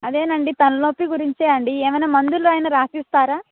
అదే అండి తలనొప్పి గురించి అండి ఏమైన మందులు అయిన రాసిస్తారా